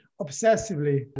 obsessively